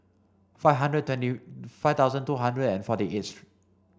five hundred twenty five thousand two hundred and forty eighth